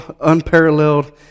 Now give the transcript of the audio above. unparalleled